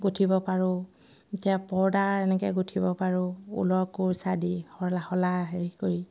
গুঠিব পাৰোঁ এতিয়া পৰ্দাৰ এনেকৈ গুঠিব পাৰোঁ ঊলৰ কুৰ্চা দি শ শলা হেৰি কৰি